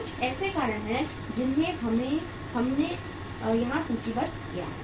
कुछ ऐसे कारण हैं जिन्हें हमने यहाँ सूचीबद्ध किया है